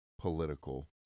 political